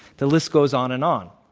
the list goes on and on.